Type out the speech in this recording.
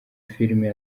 filimi